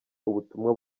ubutumwa